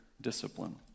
discipline